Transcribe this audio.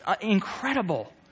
incredible